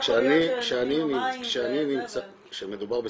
לא יכול להיות שנותנים לו מים ו- -- כשמדובר בסמים,